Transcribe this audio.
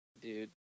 Dude